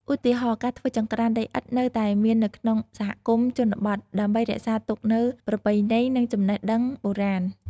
ឧទាហរណ៍ ការធ្វើចង្ក្រានដីឥដ្ឋនៅតែមាននៅក្នុងសហគមន៍ជនបទ ដើម្បីរក្សាទុកនូវប្រពៃណី និងចំណេះដឹងបុរាណ។